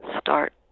start